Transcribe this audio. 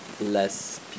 less